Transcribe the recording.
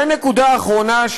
ונקודה אחרונה,